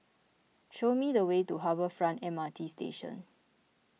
show me the way to Harbour Front M R T Station